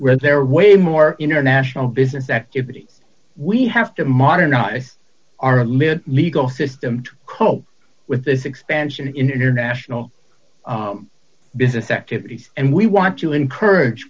where they're way more international business activity we have to modernize our little legal system to cope with this expansion in international business activities and we want to encourage